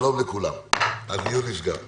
שלום לכולם, הישיבה נעולה.